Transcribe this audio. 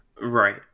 Right